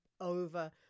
over